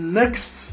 next